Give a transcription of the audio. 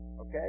Okay